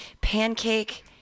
Pancake